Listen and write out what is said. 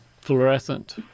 fluorescent